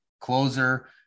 closer